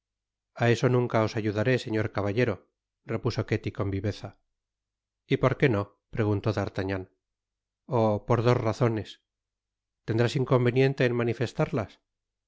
a eso nunca os ayudaré señor caballero repuso ketty con viveza y por qué no preguntó d'artagnan oh i por dos razones tendrás inconveniente en manifestarlas